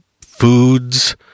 foods